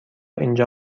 اینجا